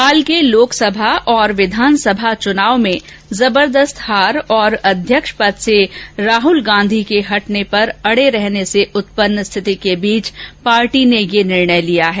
हाल के लोकसभा और विधानसभा चुनाव में जबर्दस्त हार और अध्यक्ष पद से राहल गांधी के हटने पर अड़े रहने से उत्पन्न स्थिति के बीच पार्टी ने यह निर्णय लिया है